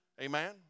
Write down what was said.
Amen